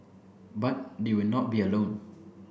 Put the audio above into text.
but they will not be alone